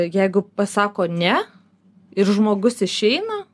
jeigu pasako ne ir žmogus išeina